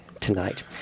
tonight